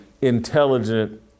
intelligent